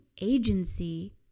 agency